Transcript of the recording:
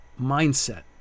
mindset